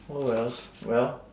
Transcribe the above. oh wells well